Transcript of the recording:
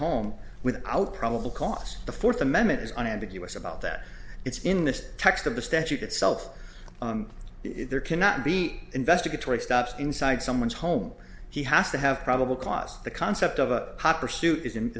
home without probable cause the fourth amendment is unambiguous about that it's in the text of the statute itself there cannot be investigatory stops inside someone's home he has to have probable cause the concept of a hot pursuit is